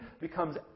becomes